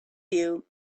you